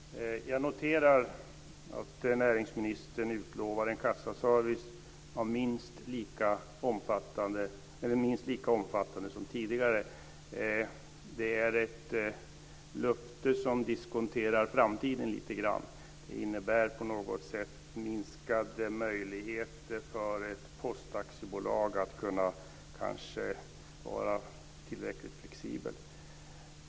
Fru talman! Jag noterar att näringsministern utlovar en kassaservice som är minst lika omfattande som tidigare. Det är ett löfte som diskonterar framtiden lite grann. Det innebär på något sätt minskade möjligheter för ett postaktiebolag att kanske vara tillräckligt flexibelt.